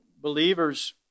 believers